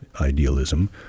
idealism